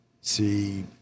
see